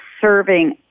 serving